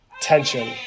tension